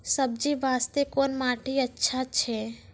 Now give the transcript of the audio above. सब्जी बास्ते कोन माटी अचछा छै?